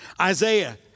Isaiah